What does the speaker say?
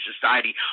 society